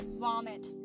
vomit